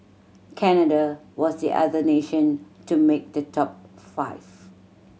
Canada was the other nation to make the top five